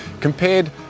Compared